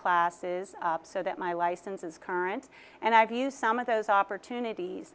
classes up so that my license is current and i've used some of those opportunities